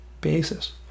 basis